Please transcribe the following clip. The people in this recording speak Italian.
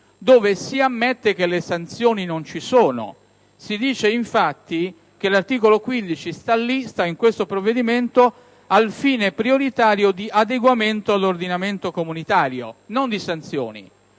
dove si ammette che le sanzioni non ci sono. Si dice infatti che l'articolo 15 sta in questo provvedimento al fine prioritario di adeguamento all'ordinamento comunitario, non di introdurre